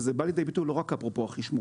וזה בא לידי ביטוי לא רק אפרופו החשמול: